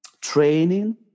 training